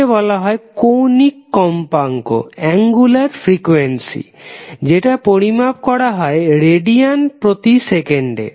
কে বলা হয় কৌণিক কম্পাঙ্ক যেটা পরিমাপ করা হয় রেডিয়ান প্রতি সেকেন্ডে